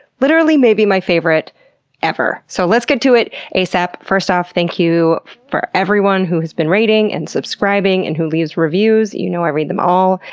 literally, maybe my favorite ever. so let's get to it, asap. first off, thank you to everyone who has been rating, and subscribing, and who leaves reviews. you know i read them all,